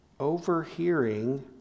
overhearing